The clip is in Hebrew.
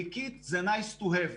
ליקית זה nice to have.